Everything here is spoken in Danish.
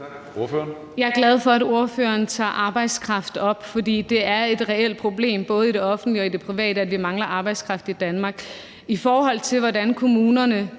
Jeg er glad for, at ordføreren tager arbejdskraft op. For det er et reelt problem både i det offentlige og i det private, at vi mangler arbejdskraft i Danmark. I forhold til hvordan kommunerne